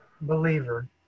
believer